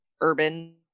urban